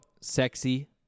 Sexy